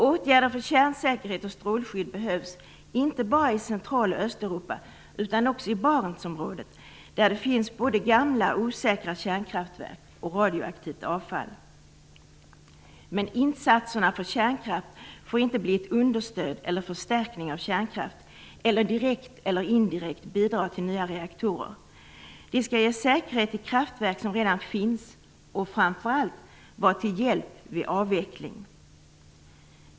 Åtgärder för kärnsäkerhet och strålskydd behövs, inte bara i Central och Östeuropa, utan också i Barentsområdet, där det finns både gamla osäkra kärnkraftverk och radioaktivt avfall. Men insatserna för kärnkraft får inte bli ett understöd eller en förstärkning av kärnkraft och inte direkt eller indirekt bidra till nya reaktorer. De skall ge säkerhet i kraftverk som redan finns och framför allt vara till hjälp vid avveckling.